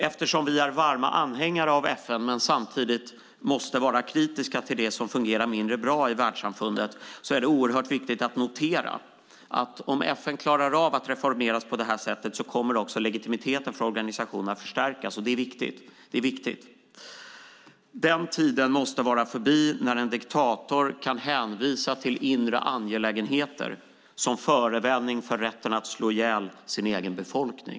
Eftersom vi är varma anhängare av FN men samtidigt måste vara kritiska till det som fungerar mindre bra i världssamfundet är det viktigt att notera att om FN klarar av att reformeras på detta sätt kommer också legitimiteten för organisationen att förstärkas, vilket är viktigt. Den tiden måste vara förbi när en diktator kan hänvisa till inre angelägenheter som förevändning för rätten att slå ihjäl sin egen befolkning.